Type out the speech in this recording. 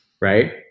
Right